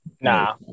Nah